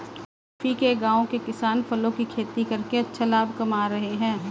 रफी के गांव के किसान फलों की खेती करके अच्छा लाभ कमा रहे हैं